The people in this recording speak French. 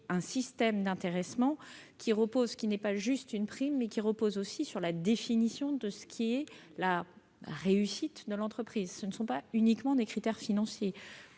un système d'intéressement qui n'est pas juste une prime, mais qui repose aussi sur la définition de la réussite de l'entreprise ; ce ne sont pas uniquement des critères financiers.